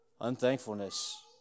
Unthankfulness